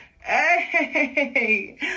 Hey